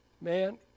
man